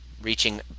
reaching